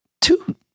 two